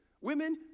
Women